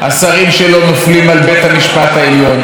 כי הבעיה, השרים שלו נופלים על בית המשפט העליון.